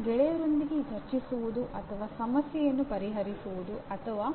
ಅದು ಗೆಳೆಯರೊಂದಿಗೆ ಚರ್ಚಿಸುವುದು ಅಥವಾ ಸಮಸ್ಯೆಯನ್ನು ಪರಿಹರಿಸುವುದು ಅಥವಾ